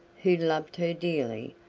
who loved her dearly,